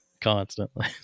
constantly